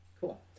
Cool